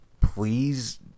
please